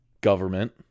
government